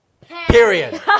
Period